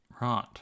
Right